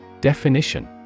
Definition